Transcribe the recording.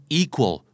equal